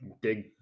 dig